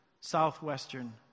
southwestern